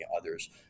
others